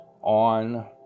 on